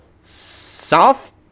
South